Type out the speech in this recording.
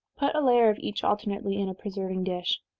put a layer of each alternately in a preserving dish.